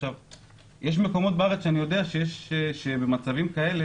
יש מקומות בארץ שאני יודע שבמקרים כאלה,